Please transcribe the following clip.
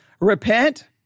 repent